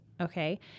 okay